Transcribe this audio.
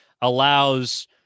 allows